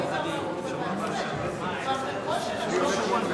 44% ב-2004,